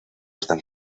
están